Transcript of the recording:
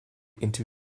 into